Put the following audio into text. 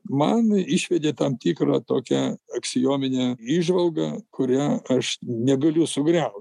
man išvedė tam tikrą tokią aksiominę įžvalgą kurią aš negaliu sugriauti